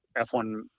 F1